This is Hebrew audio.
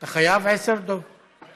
אתה חייב עשר, דב?